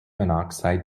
monoxide